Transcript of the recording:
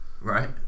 Right